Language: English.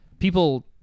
People